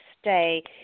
stay